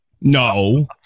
No